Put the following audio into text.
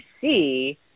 see